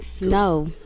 No